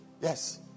Yes